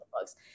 books